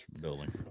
building